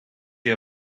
you